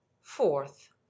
Fourth